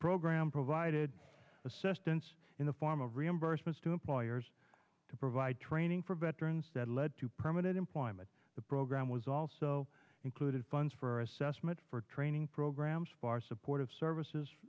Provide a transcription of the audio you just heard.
program provided assistance in the form of reimbursements to employers to provide training for veterans that lead to permanent employment the program was also included funds for assessment for training programs far supportive services